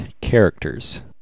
characters